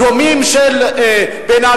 הדומים של בן-ארי,